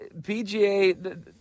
pga